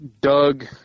Doug